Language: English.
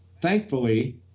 thankfully